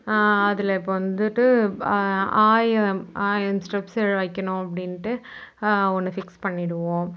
அதில் இப்போ வந்துட்டு ஆயிரம் ஆயிரம் ஸ்டெப்ஸ்கள் வைக்கணும் அப்படின்னுட்டு ஒன்று ஃபிக்ஸ் பண்ணிவிடுவோம்